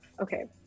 Okay